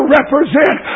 represent